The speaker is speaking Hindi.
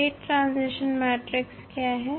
स्टेट ट्रांजिशन मैट्रिक्स क्या है